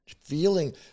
feeling